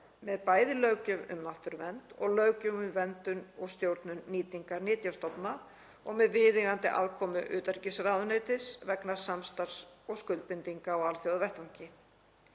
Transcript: með bæði löggjöf um náttúruvernd og löggjöf um verndun og stjórnun nýtingar nytjastofna og með viðeigandi aðkomu utanríkisráðuneytis vegna samstarfs og skuldbindinga á alþjóðavettvangi.